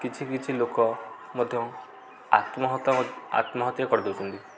କିଛି କିଛି ଲୋକ ମଧ୍ୟ ଆତ୍ମହତ୍ୟା ମଧ୍ୟ କରିଦେଉଛନ୍ତି